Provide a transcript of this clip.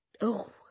Oh